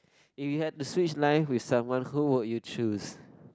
if you had to switch life with someone who would you choose